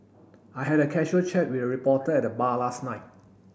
I had a casual chat with a reporter at the bar last night